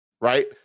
right